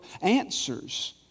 answers